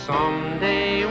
Someday